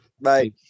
Bye